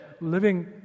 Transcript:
living